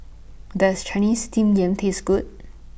Does Chinese Steamed Yam Taste Good